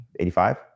85